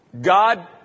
God